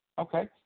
Okay